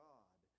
God